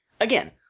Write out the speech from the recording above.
Again